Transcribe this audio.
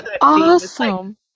awesome